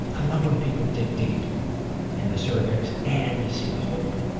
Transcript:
i love when people dig deep in the surveys and you see the hope.